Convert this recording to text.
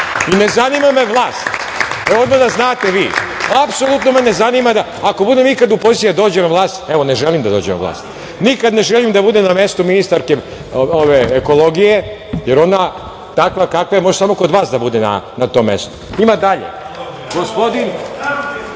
i ne zanima me vlast. Odmah da znate vi – apsolutno me ne zanima. Ako ikada bude u prilici da dođem na vlast, evo, ne želim da dođem na vlast. Nikad ne želim da budem na mestu ministarke ekologije, jer ona takva kakva je može samo kod vas da bude na tom mestu. Ima dalje. Gospodin